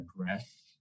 address